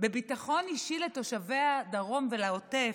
בביטחון אישי לתושבי הדרום ולעוטף,